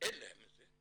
שאין להם את זה,